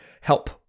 help